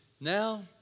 Now